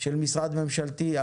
של משרד ממשלתי,